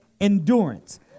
endurance